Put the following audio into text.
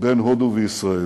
בין הודו וישראל,